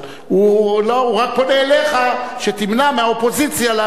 הוא רק פונה אליך שתמנע מהאופוזיציה להעביר את החוק.